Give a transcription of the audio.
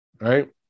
right